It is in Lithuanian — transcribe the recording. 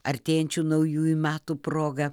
artėjančių naujųjų metų proga